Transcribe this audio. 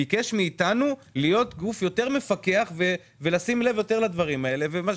ביקש מאתנו להיות גוף יותר מפקח ולשים לב יותר לדברים הללו.